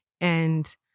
and-